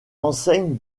enseigne